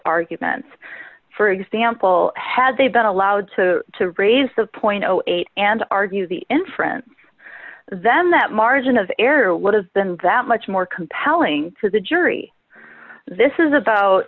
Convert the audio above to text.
arguments for example had they been allowed to to raise the point eight and argue the inference then that margin of error would have been that much more compelling to the jury this is about